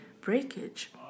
breakage